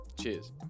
Cheers